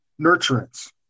nurturance